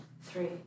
three